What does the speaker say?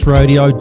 Radio